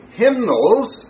hymnals